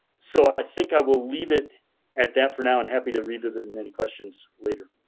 so i think i will leave it at that for now. and happy to revisit, in any questions later.